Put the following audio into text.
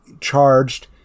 charged